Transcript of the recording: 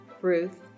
Ruth